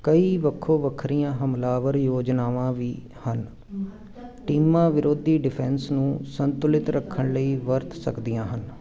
ਕਈ ਵੱਖੋ ਵੱਖਰੀਆਂ ਹਮਲਾਵਰ ਯੋਜਨਾਵਾਂ ਵੀ ਹਨ ਟੀਮਾਂ ਵਿਰੋਧੀ ਡਿਫੈਂਸ ਨੂੰ ਸੰਤੁਲਿਤ ਰੱਖਣ ਲਈ ਵਰਤ ਸਕਦੀਆਂ ਹਨ